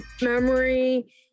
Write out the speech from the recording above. memory